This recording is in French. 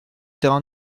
terrain